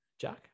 Jack